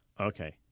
Okay